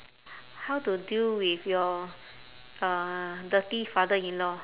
how to deal with your uh dirty father-in-law